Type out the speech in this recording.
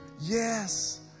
Yes